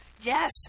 Yes